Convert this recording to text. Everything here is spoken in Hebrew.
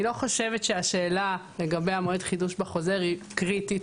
אני לא חושבת שהשאלה לגבי המועד חידוש בחוזה היא קריטית,